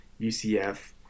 UCF